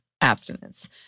abstinence